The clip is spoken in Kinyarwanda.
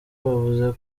bavuga